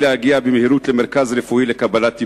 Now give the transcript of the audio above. להגיע במהירות למרכז רפואי לקבלת טיפול.